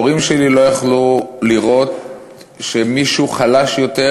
ההורים שלי לא יכלו לראות שמישהו חלש יותר